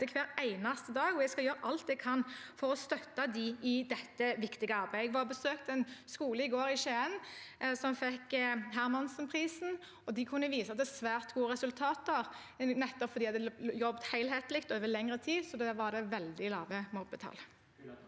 hver eneste dag, og jeg skal gjøre alt jeg kan for å støtte dem i dette viktige arbeidet. Jeg besøkte i går en skole i Skien som fikk Benjaminprisen. De kunne vise til svært gode resultater nettopp fordi de hadde jobbet helhetlig over lengre tid, så der var det veldig lave mobbetall.